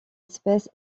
espèce